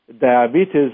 diabetes